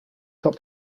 top